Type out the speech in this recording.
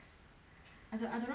I don~ I don't know why she did it eh